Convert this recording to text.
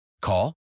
Call